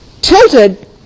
tilted